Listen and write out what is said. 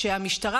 שהמשטרה,